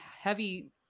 heavy